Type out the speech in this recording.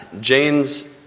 Jane's